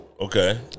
Okay